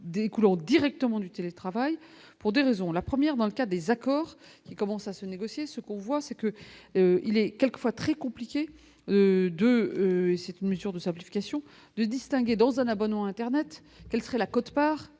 découlant directement du télétravail pour 2 raisons : la première, dans le cas des accords qui commence à se négocier ce qu'on voit c'est que il est quelquefois très compliqué de et cette mesure de simplification de distinguer dans un abonnement Internet, quelle serait la quote-part